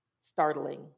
startling